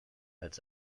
als